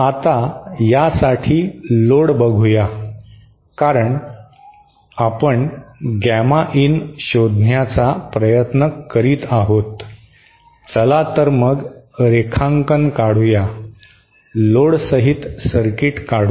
आता यासाठी लोड बघूया कारण आपण गॅमा इन शोधण्याचा प्रयत्न करीत आहोत चला तर मग रेखांकन काढूया लोडसहित सर्किट काढू